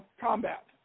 combat